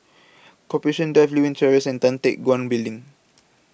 Corporation Drive Lewin Terrace and Tan Teck Guan Building